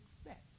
expect